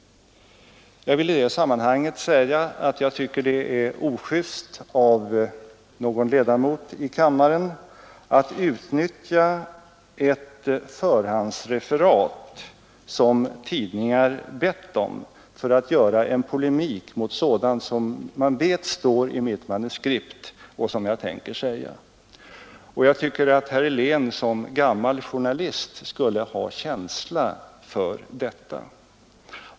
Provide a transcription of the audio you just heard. I sammanhanget vill jag säga att jag tycker att det är ojust av en ledamot av kammaren att utnyttja ett förhandsreferat som tidningar bett om för att polemisera mot sådant som man vet står i mitt manuskript och som jag tänkt säga. Jag tycker att herr Helén som gammal journalist skulle ha känsla för detta.